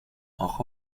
auch